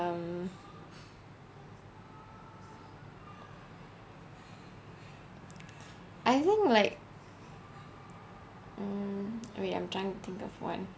um I think like mm wait I'm trying to think of what